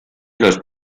los